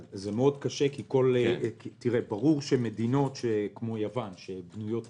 זה מאוד קשה כי ברור שמדינות כמו יוון שבנויות